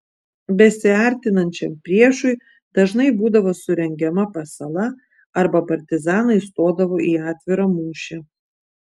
besiartinančiam priešui dažnai būdavo surengiama pasala arba partizanai stodavo į atvirą mūšį